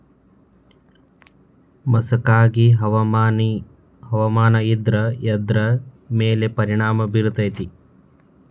ಮಸಕಾಗಿ ಹವಾಮಾನ ಇದ್ರ ಎದ್ರ ಮೇಲೆ ಪರಿಣಾಮ ಬಿರತೇತಿ?